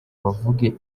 bavuge